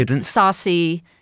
saucy